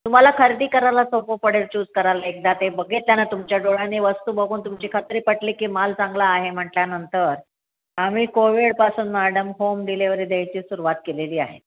तुम्हाला खरेदी करायला सोपं पडेल चूज करायला एकदा ते बघितल्या ना तुमच्या डोळ्यांनी वस्तू बघून तुमची खात्री पटली की माल चांगला आहे म्हटल्यानंतर आम्ही कोविडपासून मॅडम होम डिलेवरी द्यायची सुरुवात केलेली आहे